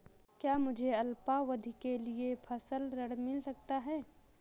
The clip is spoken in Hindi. क्या मुझे अल्पावधि के लिए फसल ऋण मिल सकता है?